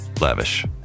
lavish